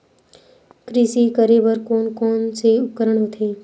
कृषि करेबर कोन कौन से उपकरण होथे?